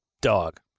dog